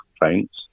complaints